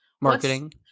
marketing